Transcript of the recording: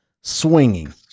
swinging